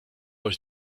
euch